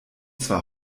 zwar